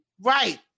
Right